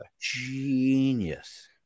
Genius